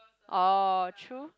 orh true